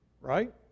Right